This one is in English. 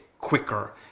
quicker